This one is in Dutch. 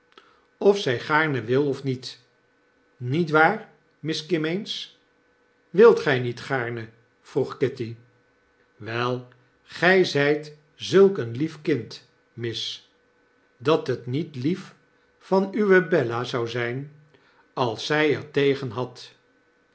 of zij gaarne wil of niet niet waar miss kimmeens wilt gy niet gaarne vroeg kitty wel gy zijt zulk een lief kind miss dat het niet lief van uwe bella zou zyn als zij er tegen had